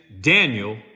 Daniel